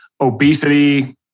obesity